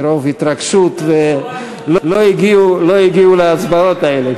מרוב התרגשות הם לא הגיעו להצבעות האלה,